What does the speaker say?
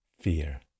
fear